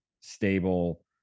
stable